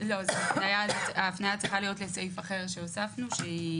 --- ההפניה צריכה להיות לסעיף אחר שהוספנו שהיא